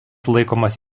laikomas